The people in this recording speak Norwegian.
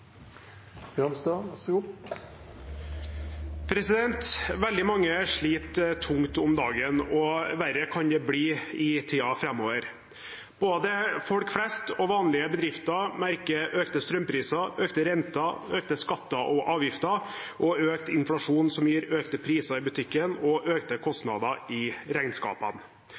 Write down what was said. Veldig mange sliter tungt om dagen. Verre kan det bli i tiden framover. Både folk flest og vanlige bedrifter merker økte strømpriser, økte renter, økte skatter og avgifter og økt inflasjon, som gir økte priser i butikken og økte kostnader i regnskapene.